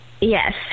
Yes